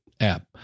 app